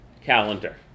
calendar